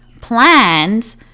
plans